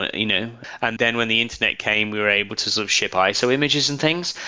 ah you know and then when the internet came, we were able to sort of ship iso images and things.